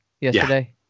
yesterday